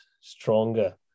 stronger